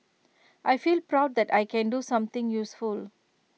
I feel proud that I can do something useful